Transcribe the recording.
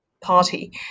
Party